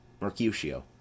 Mercutio